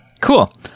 cool